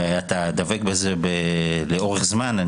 ואתה דבק בזה לאורך זמן,